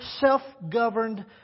self-governed